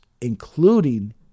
including